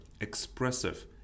expressive